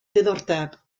diddordeb